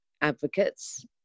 advocates